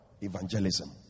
evangelism